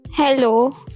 Hello